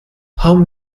haben